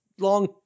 long